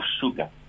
sugar